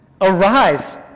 Arise